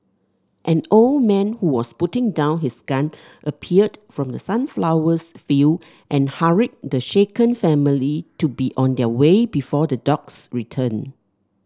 an old man who was putting down his gun appeared from the sunflowers field and hurried the shaken family to be on their way before the dogs return